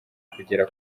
kugera